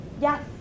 Yes